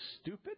stupid